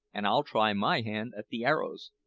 and i'll try my hand at the arrows.